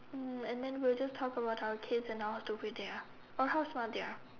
um and then we will just talk about our kids and how stupid they are or how smart they are